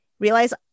realize